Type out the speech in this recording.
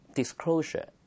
disclosure